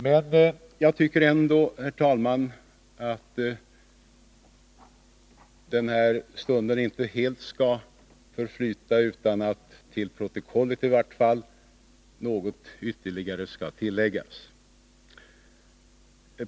Men jag tycker ändå, herr talman, att den här stunden inte helt skall förflyta utan att det till protokollet skall tilläggas något ytterligare.